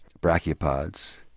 brachiopods